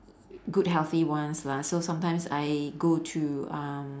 good healthy ones lah so sometimes I go to um